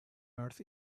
earth